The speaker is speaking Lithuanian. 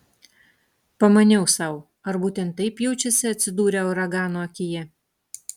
pamaniau sau ar būtent taip jaučiasi atsidūrę uragano akyje